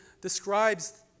describes